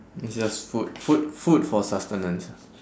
it's just food food food for sustenance ya